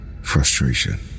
frustration